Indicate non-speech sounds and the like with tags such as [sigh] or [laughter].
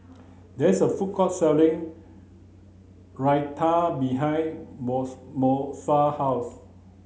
there is a food court selling Raita behind [unintelligible] Moesha house